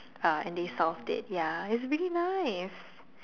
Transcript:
uh and they solved it ya it's really nice